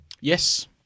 Yes